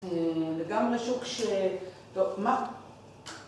וגם לשוק של... טוב, מה?